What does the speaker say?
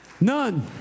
None